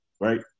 right